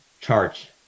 charge